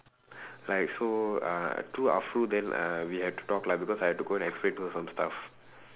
like so uh through then uh we had to talk lah because I had to go and explain to her some stuff